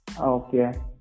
Okay